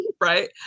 Right